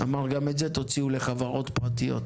הוא אמר: גם את זה תוציאו לחברות פרטיות.